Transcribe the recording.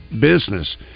business